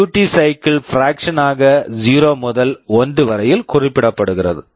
duty cycle duty cycle fraction fraction -ஆக 0 முதல் 1 வரையில் குறிப்பிடப்படுகிறது